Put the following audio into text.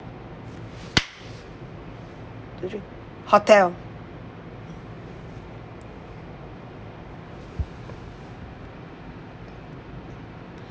hotel